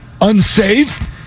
Unsafe